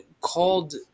called